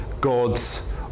God's